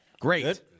great